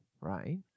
Right